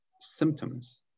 symptoms